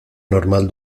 normal